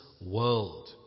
world